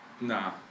Nah